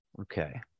Okay